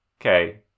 Okay